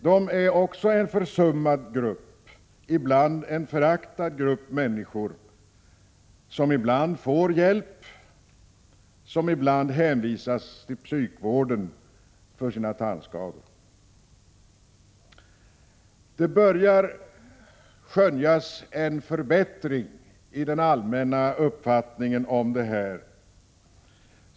Det är också en försummad grupp, ibland en föraktad grupp människor som ibland får hjälp, ibland hänvisas till psykvården för sina tandskador. Nu börjar det skönjas en förbättring i den allmänna uppfattningen i denna fråga.